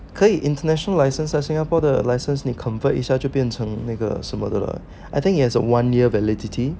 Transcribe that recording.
可以 international license like singapore 的 license convert 一下就变成那个什么的 lah I think it has a one year validity